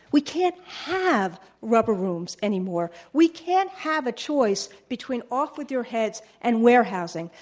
we can't have rubber rooms anymore. we can't have a choice between off with your heads and warehousing.